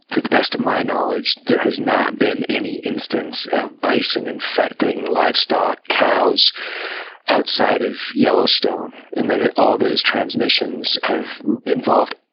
to the best of my knowledge, there has not been any instance of bison infecting livestock cows outside of yellowstone. and all those transmissions have involved